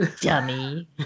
dummy